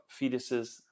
fetuses